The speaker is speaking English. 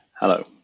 Hello